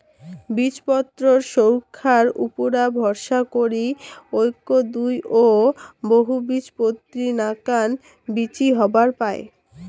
বীজপত্রর সইঙখার উপুরা ভরসা করি এ্যাক, দুই ও বহুবীজপত্রী নাকান বীচি হবার পায়